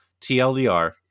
TLDR